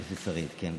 כן,